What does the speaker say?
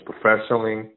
professionally